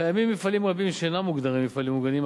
קיימים מפעלים רבים שאינם מוגדרים מפעלים מוגנים,